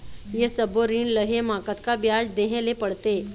ये सब्बो ऋण लहे मा कतका ब्याज देहें ले पड़ते?